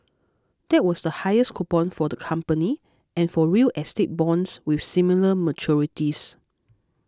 that was the highest coupon for the company and for real estate bonds with similar maturities